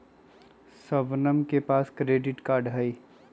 शबनम के पास credit card हई